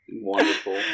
Wonderful